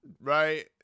right